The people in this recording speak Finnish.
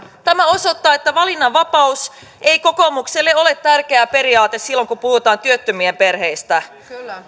tämä osoittaa että valinnanvapaus ei kokoomukselle ole tärkeä periaate silloin kun puhutaan työttömien perheistä